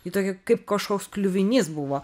ji tokia kaip kažkoks kliuvinys buvo